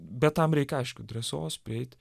bet tam reikia aišku drąsos prieit